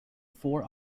four